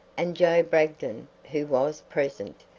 and joe bragdon, who was present,